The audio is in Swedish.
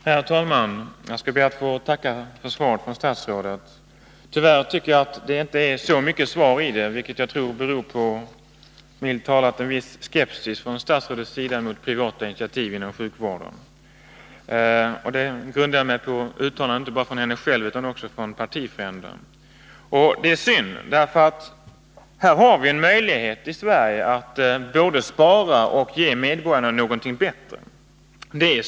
Herr talman! Jag ber att få tacka statsrådet för svaret på min fråga. Tyvärr tycker jag inte att svaret säger särskilt mycket, vilket jag tror beror på — milt sagt — en viss skepsis från statsrådets sida gentemot privata initiativ inom sjukvården. Detta uttalande gäller inte bara henne själv utan även vad partifränder anser. Det är synd att man har en sådan uppfattning, för här har vii Sverige en möjlighet att spara samtidigt som medborgarna erbjuds något bättre.